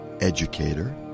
Educator